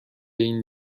این